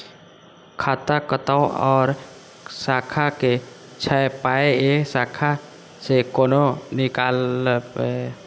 खाता कतौ और शाखा के छै पाय ऐ शाखा से कोना नीकालबै?